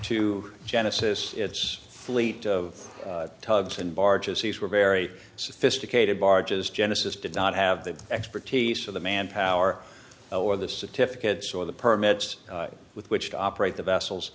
to genesis its fleet of tugs and barges these were very sophisticated barges genesis did not have the expertise for the manpower or the certificates or the permits with which to operate the vessels